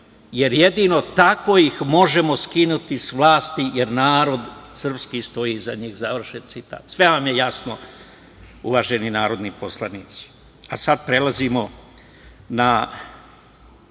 jer jedino tako ih možemo skinuti s vlasti, jer narod srpski stoji iza njih“. Sve vam je jasno, uvaženi narodni poslanici. Sada prelazimo na